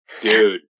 dude